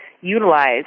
utilize